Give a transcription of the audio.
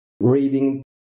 reading